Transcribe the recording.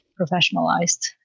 professionalized